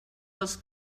dels